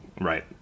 right